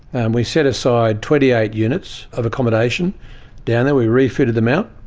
and we set aside twenty eight units of accommodation down there. we refitted them out.